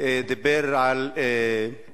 הוא דיבר על זכויות